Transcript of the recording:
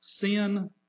sin